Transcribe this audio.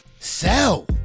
Sell